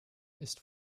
ist